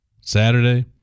Saturday